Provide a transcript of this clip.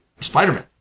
Spider-Man